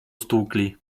stłukli